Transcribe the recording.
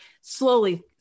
slowly